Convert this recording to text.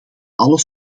alle